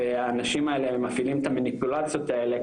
והאנשים האלה הם מפעילים את המניפולציות האלה,